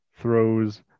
throws